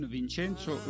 Vincenzo